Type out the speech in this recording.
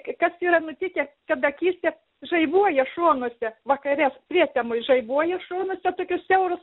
kas yra nutikę kad akyse žaibuoja šonuose vakare prietemoj žaibuoja šonuose tokie siaurūs